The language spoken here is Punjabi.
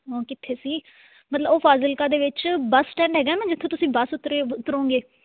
ਕਿੱਥੇ ਸੀ ਮਤਲਬ ਉਹ ਫਾਜ਼ਿਲਕਾ ਦੇ ਵਿੱਚ ਬਸ ਸਟੈਂਡ ਹੈਗਾ ਨਾ ਜਿੱਥੇ ਤੁਸੀਂ ਬਸ ਉਤਰੇ ਉਤਰੋਗੇ